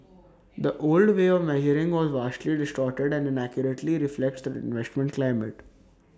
the old way of measuring was vastly distorted and inaccurately reflects the investment climate